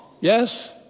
Yes